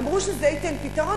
אמרו שזה ייתן פתרון,